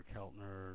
Keltner